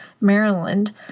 maryland